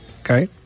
okay